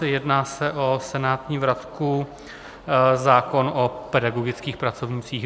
Jedná se o senátní vratku, zákon o pedagogických pracovnících.